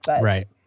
Right